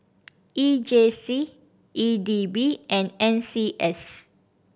E J C E D B and N C S